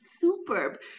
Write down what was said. superb